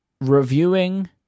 reviewing